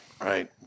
right